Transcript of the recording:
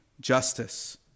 justice